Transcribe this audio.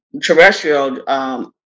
terrestrial